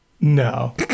No